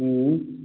हम्म